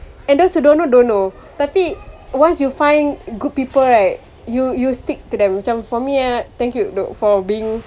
and those who don't know don't know tapi once you find good people right you you stick to them macam for me thank you for being